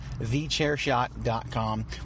thechairshot.com